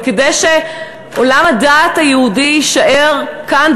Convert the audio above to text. וכדי שעולם הדת היהודי יישאר כאן,